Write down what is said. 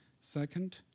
Second